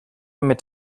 mit